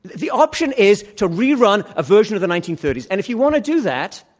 the option is to rerun a version of the nineteen thirty s. and if you want to do that,